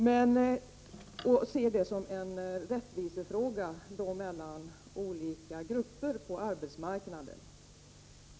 Man skall se det som en fråga om rättvisa mellan olika grupper på arbetsmarknaden.